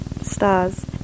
stars